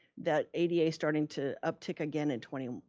that ada starting to uptick again in twenty.